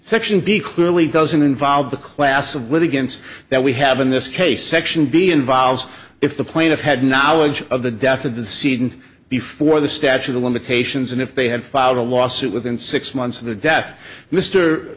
section b clearly doesn't involve the class of litigants that we have in this case section b involves if the plaintiff had knowledge of the death of the seed and before the statute of limitations and if they had filed a lawsuit within six months of the death mr